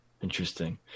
interesting